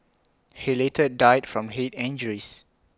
he later died from Head injuries